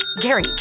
Gary